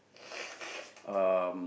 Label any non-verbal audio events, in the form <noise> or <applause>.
<noise>